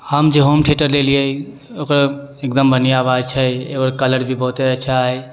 हम जे home theatre लेलिए ओकर एकदम बढ़िआँ आवाज छै ओकर कलर भी बहुते अच्छा हइ